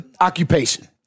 occupation